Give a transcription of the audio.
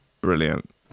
Brilliant